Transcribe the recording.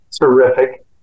terrific